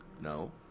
No